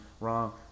wrong